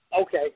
Okay